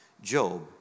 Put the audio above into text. Job